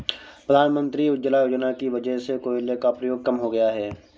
प्रधानमंत्री उज्ज्वला योजना की वजह से कोयले का प्रयोग कम हो गया है